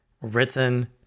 written